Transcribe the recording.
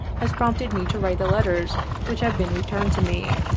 has prompted me to write the letters which have been returned to me.